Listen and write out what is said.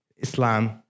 Islam